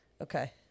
Okay